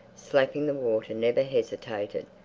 slapping the water, never hesitated.